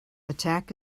attack